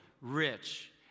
rich